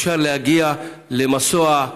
אפשר להגיע למסוע,